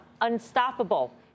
unstoppable